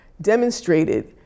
demonstrated